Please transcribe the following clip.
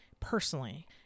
Personally